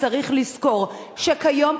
צריך לזכור שכיום,